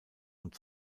und